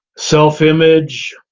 self-image.